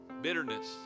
bitterness